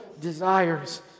desires